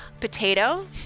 Potato